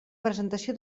presentació